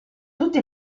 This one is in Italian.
tutti